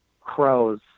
crows